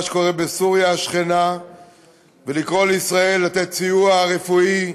שקורה בסוריה השכנה ולקרוא לישראל לתת סיוע רפואי,